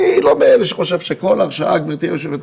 אני לא מאלה שחושבים שכל הרשעה, גבירתי היו"ר,